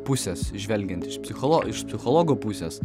pusės žvelgiant iš psicholo iš psichologo pusės